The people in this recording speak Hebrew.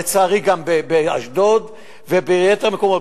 ולצערי גם באשדוד וביתר המקומות,